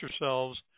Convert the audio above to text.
yourselves